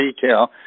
detail